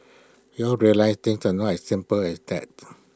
we all realised things are not as simple as that